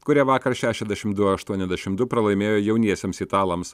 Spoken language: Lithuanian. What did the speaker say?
kurie vakar šešiasdešimt du aštuoniasdešimt du pralaimėjo jauniesiems italams